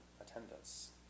attendance